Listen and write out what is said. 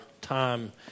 time